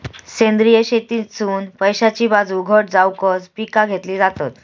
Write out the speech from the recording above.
सेंद्रिय शेतीतसुन पैशाची बाजू घट जावकच पिका घेतली जातत